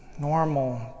normal